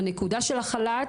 הנקודה של החל"ת,